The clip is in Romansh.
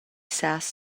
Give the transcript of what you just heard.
sas